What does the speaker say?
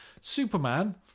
Superman